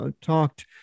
talked